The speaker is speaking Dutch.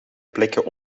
plekken